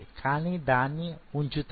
కానీ దాన్ని ఉంచుతాను